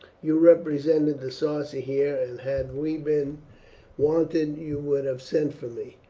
you represented the sarci here, and had we been wanted you would have sent for me.